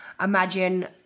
imagine